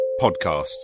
podcasts